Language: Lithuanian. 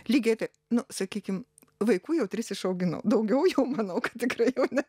lygiai tai nu sakykim vaikų jau tris išauginau daugiau jau manau kad tikrai ne